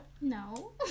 no